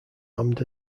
armed